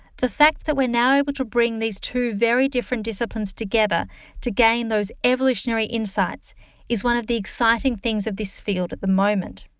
the fact that we're now able to bring these two very different disciplines together to gain those evolutionary insights is one of the exciting things of this field at the moment.